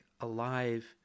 alive